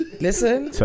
Listen